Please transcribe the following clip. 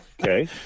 Okay